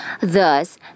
Thus